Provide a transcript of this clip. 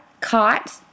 caught